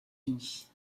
unis